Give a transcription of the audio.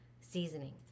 seasoning